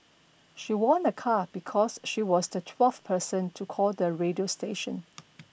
she won a car because she was the twelfth person to call the radio station